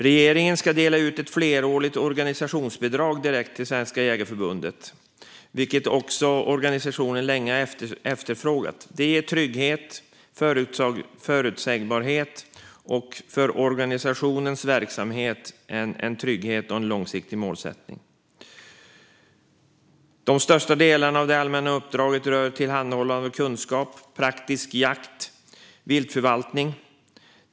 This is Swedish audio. Regeringen ska dela ut ett flerårigt organisationsbidrag direkt till Svenska Jägareförbundet, vilket organisationen länge har efterfrågat. Det ger trygghet och förutsägbarhet för organisationens verksamhet och långsiktiga målsättning. De största delarna av det allmänna uppdraget rör tillhandahållande av kunskap om praktisk jakt och viltförvaltning.